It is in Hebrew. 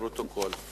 לביטחון הציבור